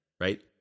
Right